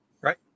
Right